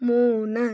മൂന്ന്